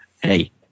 hey